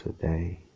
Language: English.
today